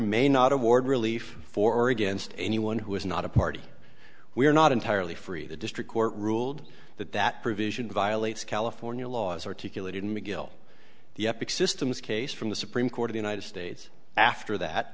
may not award relief for or against anyone who is not a party we are not entirely free the district court ruled that that provision violates california law as articulated in mcgill the epic systems case from the supreme court of united states after that